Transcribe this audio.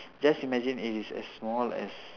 just imagine it is as small as